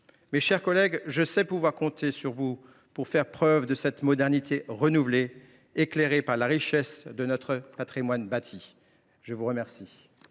Mes chers collègues, je sais pouvoir compter sur vous pour défendre cette modernité renouvelée, éclairée par la richesse de notre patrimoine bâti. La parole